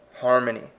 harmony